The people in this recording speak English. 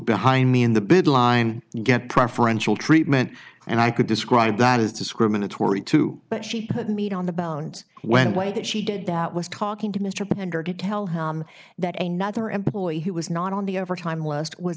behind me in the bid line get preferential treatment and i could describe that is discriminatory too but she put meat on the bones when way that she did that was talking to mr pender to tell him that a nother employee who was not on the overtime list was